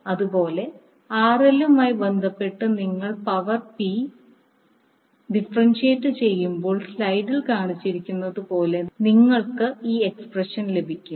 അതുപോലെ ആർഎല്ലുമായി ബന്ധപ്പെട്ട് നിങ്ങൾ പവർ P ഡിഫറെൻഷിയേറ്റ് ചെയ്യുമ്പോൾ സ്ലൈഡിൽ കാണിച്ചിരിക്കുന്നതുപോലെ നിങ്ങൾക്ക് ഈ എക്സ്പ്രഷൻ ലഭിക്കും